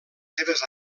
seves